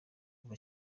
kuva